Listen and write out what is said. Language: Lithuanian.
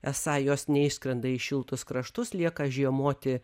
esą jos neišskrenda į šiltus kraštus lieka žiemoti